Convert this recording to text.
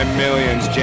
millions